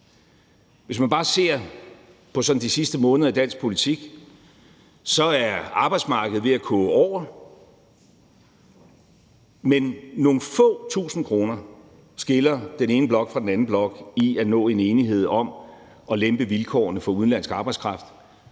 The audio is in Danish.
Hvis man bare ser på sådan de sidste måneder i dansk politik, er arbejdsmarkedet ved at koge over, men nogle få tusind kroner skiller den ene blok fra den anden i at nå en enighed om at lempe vilkårene for udenlandsk arbejdskraft,